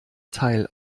teil